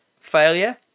Failure